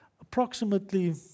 approximately